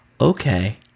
Okay